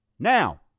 Now